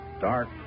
dark